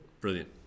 brilliant